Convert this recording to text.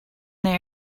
they